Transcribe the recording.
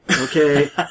okay